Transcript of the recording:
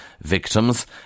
victims